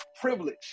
privilege